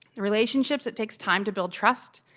relationships, it takes time to build trust.